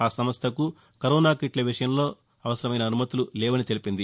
ఆ సంస్థకు కరోనా కిట్ల విషయంలో అవసరమైన అనుమతులు లేవని తెలిపింది